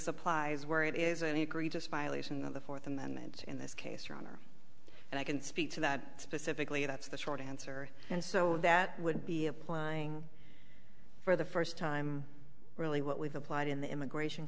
applies where it is and he agree just violation of the fourth amendment in this case your honor and i can speak to that specifically that's the short answer and so that would be applying for the first time really what we've applied in the immigration